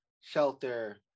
shelter